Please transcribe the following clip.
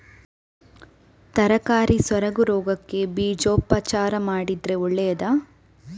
ತರಕಾರಿ ಸೊರಗು ರೋಗಕ್ಕೆ ಬೀಜೋಪಚಾರ ಮಾಡಿದ್ರೆ ಒಳ್ಳೆದಾ?